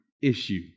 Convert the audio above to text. issue